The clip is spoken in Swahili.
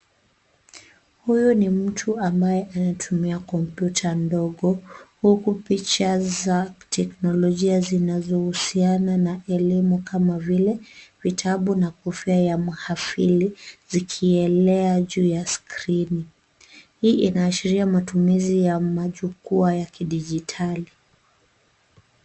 Huyu ni mtu ambaye anatumia kompyuta ndogo huku picha za teknolojia zinazohusiana na elimu kama vile vitabu na kofia ya mhafili zikielea juu ya skrini. Hii inaashiria matumizi ya majukwaa ya kidijitali.